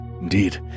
Indeed